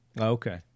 Okay